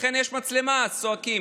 לכן, כשיש מצלמה, אז צועקים.